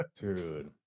dude